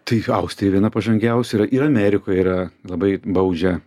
tai austrija viena pažangiausių yra ir amerikoje yra labai baudžia